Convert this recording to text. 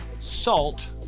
Salt